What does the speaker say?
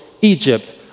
egypt